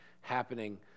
happening